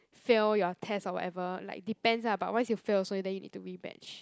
fail your test or whatever like depends ah but once you fail also then you need to rebatch